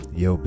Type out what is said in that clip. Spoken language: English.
yo